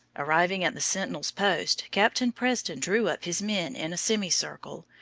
arriving at the sentinel's post, captain preston drew up his men in a semicircle,